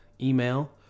Email